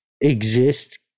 exist